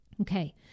Okay